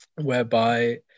whereby